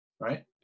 Right